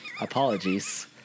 apologies